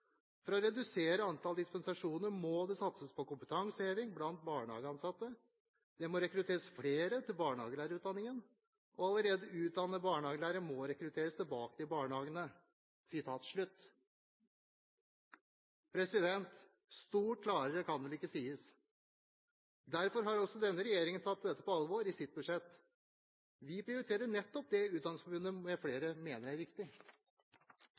For å redusere antall dispensasjoner må det satses på kompetanseheving blant barnehageansatte, det må rekrutteres flere til barnehagelærerutdanningen og allerede utdannede barnehagelærere må rekrutteres tilbake til barnehagene.» Stort klarere kan det vel ikke sies. Derfor har også denne regjeringen tatt dette på alvor i sitt budsjett. Vi prioriterte nettopp det Utdanningsforbundet m.fl. mener er